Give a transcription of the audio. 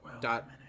dot